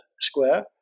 Square